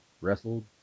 Wrestled